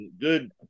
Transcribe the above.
good